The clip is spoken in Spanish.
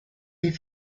dave